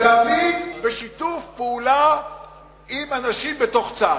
תמיד בשיתוף פעולה עם אנשים בתוך צה"ל,